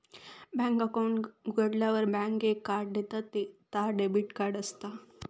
bank account उघाडल्यार bank एक card देता ता डेबिट कार्ड असता